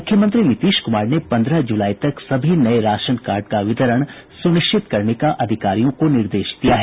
मुख्यमंत्री नीतीश कुमार ने पंद्रह जुलाई तक सभी नये राशन कार्ड का वितरण सुनिश्चित करने का अधिकारियों को निर्देश दिया है